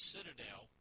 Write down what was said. Citadel